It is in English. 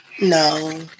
no